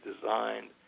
designed